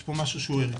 יש פה משהו שהוא ערכי,